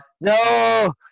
no